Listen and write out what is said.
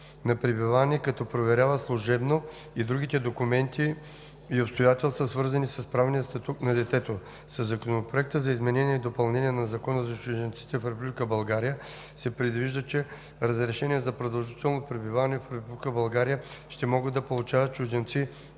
на пребиваване, като проверява служебно и другите документи и обстоятелства, свързани с правния статут на детето. Със Законопроектa за изменение и допълнение на Закона за чужденците в Република България се предвижда, че разрешение за продължително пребиваване в Република България ще могат да получават чужденци,